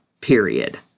period